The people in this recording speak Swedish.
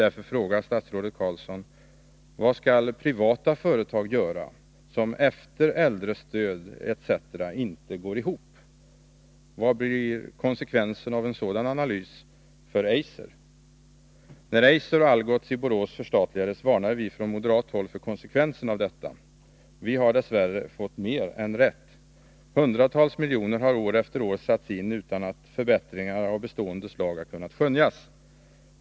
När Eiser och Algots i Borås förstatligades, varnade vi från moderat håll för konsekvenserna av detta. Vi har dess värre fått mer än rätt. Hundratals miljoner har år efter år satts in utan att förbättringar av bestående slag har kunnat skönjas.